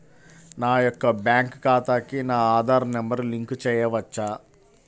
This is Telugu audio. నా యొక్క బ్యాంక్ ఖాతాకి నా ఆధార్ నంబర్ లింక్ చేయవచ్చా?